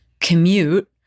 commute